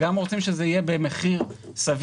וגם רוצים שזה יהיה במחיר סביר.